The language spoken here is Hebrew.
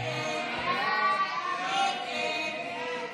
הסתייגות 38 לא נתקבלה.